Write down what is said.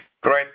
Great